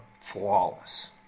flawless